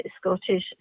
Scottish